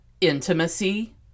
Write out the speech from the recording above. intimacy